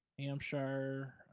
Hampshire